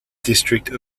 district